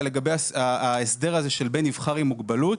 לגבי ההסדר הזה של בן נבחר עם מוגבלות,